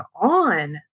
on